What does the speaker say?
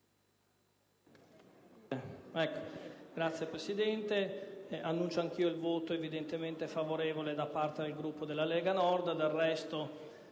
Grazie, Presidente.